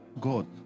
God